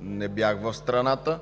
не бях в страната,